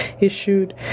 issued